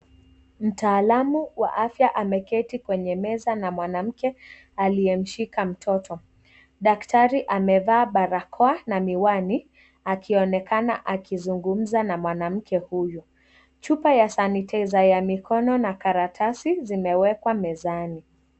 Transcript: Mtaalamu wa afya amekeati kwenye meza na mwanamke aliyemshika mtoto. Daktari amevaa barakoa na miwani akiongezeka akizumza na mwanamke huyu. Chupa ya sanitizer ya mikono na karatasi zimewekwa mezani.